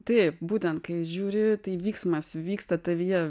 taip būtent kai žiūri tai vyksmas vyksta tavyje